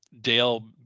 Dale